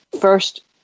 first